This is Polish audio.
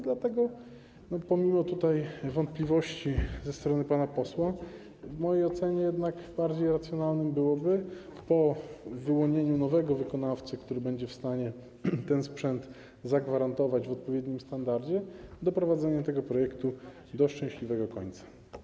Dlatego, pomimo wątpliwości ze strony pana posła, w mojej ocenie jednak bardziej racjonalne byłoby - po wyłonieniu nowego wykonawcy, który będzie w stanie zagwarantować sprzęt o odpowiednim standardzie - doprowadzenie tego projektu do szczęśliwego końca.